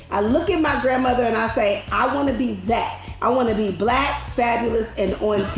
i look at my grandmother and i say, i want to be that. i want to be black, fabulous and